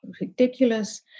ridiculous